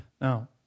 Now